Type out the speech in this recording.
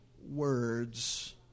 Words